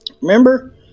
Remember